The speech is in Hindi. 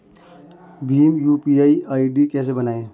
भीम यू.पी.आई आई.डी कैसे बनाएं?